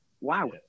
wow